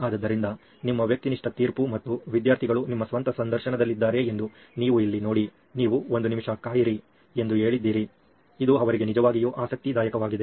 ಆದ್ದರಿಂದ ನಿಮ್ಮ ವ್ಯಕ್ತಿನಿಷ್ಠ ತೀರ್ಪು ಮತ್ತು ವಿದ್ಯಾರ್ಥಿಗಳು ನಿಮ್ಮ ಸ್ವಂತ ಸಂದರ್ಶನದಲ್ಲಿದ್ದಾರೆ ಎಂದು ನೀವು ಇಲ್ಲಿ ನೋಡಿ ನೀವು ಒಂದು ನಿಮಿಷ ಕಾಯಿರಿ ಎಂದು ಹೇಳಿದ್ದೀರಿ ಇದು ಅವರಿಗೆ ನಿಜವಾಗಿಯೂ ಆಸಕ್ತಿದಾಯಕವಾಗಿದೆ